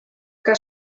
que